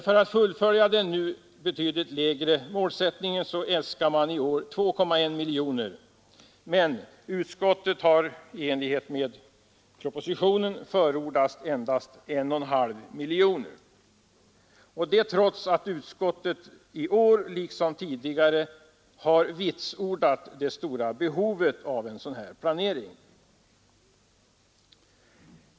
För att fullfölja den nu betydligt lägre målsättningen äskar man i år 2,1 miljoner kronor, men utskottet har i enlighet med propositionen förordat endast 1 1/2 miljon, detta trots att utskottet i år liksom tidigare har vitsordat det stora behovet av en sådan här planering.